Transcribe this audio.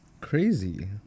Crazy